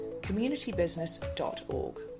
communitybusiness.org